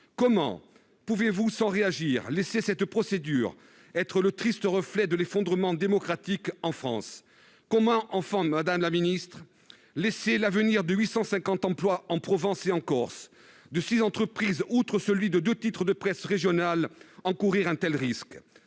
comment pouvez-vous sans réagir, laisser cette procédure, être le triste reflet de l'effondrement démocratique en France, comment, enfant de Madame la Ministre, laissez l'avenir de 850 emplois en Provence et en Corse, de 6 entreprises, outre celui de 2 titres de presse régionale encourir telle risque